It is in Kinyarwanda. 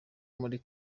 muri